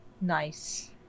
Nice